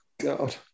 god